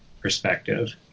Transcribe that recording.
perspective